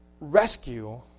rescue